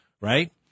right